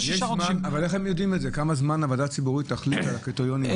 איך הם יודעים כמה זמן הוועדה הציבורית תחליט על הקריטריונים?